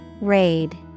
Raid